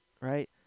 right